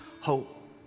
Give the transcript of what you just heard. hope